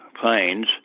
planes